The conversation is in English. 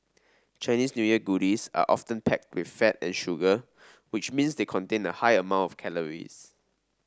Chinese New Year goodies are often packed with fat and sugar which means they contain a high amount of calories